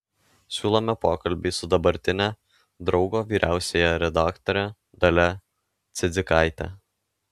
siūlome pokalbį su dabartine draugo vyriausiąja redaktore dalia cidzikaite